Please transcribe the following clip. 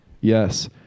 Yes